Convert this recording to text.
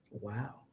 Wow